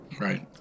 Right